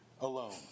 alone